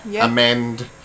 amend